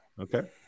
Okay